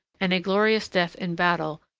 and a glorious death in battle,